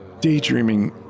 daydreaming